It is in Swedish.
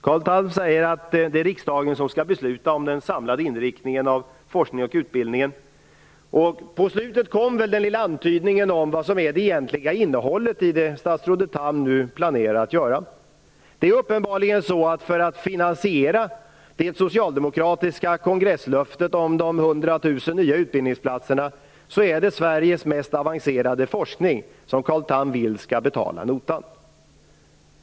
Carl Tham säger att det är riksdagen som skall besluta om den samlade inriktningen av forskning och utbildning. Mot slutet kom en liten antydning om vad som är det egentliga innehållet i det statsrådet Tham nu planerar att göra. Det är uppenbarligen så att för att finansiera det socialdemokratiska kongresslöftet om de 100 000 nya utbildningsplatserna är det Sveriges mest avancerade forskning som Carl Tham vill skall betala notan.